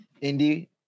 Indy